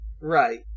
Right